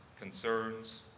concerns